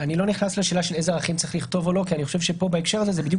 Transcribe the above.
אני לא נכנס לשאלה איזה ערכים צריך לכתוב או לא כי בהקשר הזה זה בדיוק